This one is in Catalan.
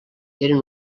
eren